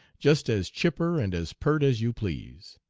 just as chipper and as pert as you please.